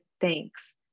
thanks